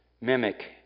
mimic